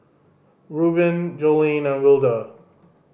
Rubin Joleen and Wilda